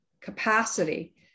capacity